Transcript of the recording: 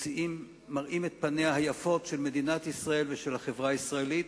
מראים את פניה היפות של מדינת ישראל ושל החברה הישראלית,